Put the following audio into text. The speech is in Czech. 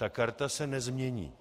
Ta karta se nezmění.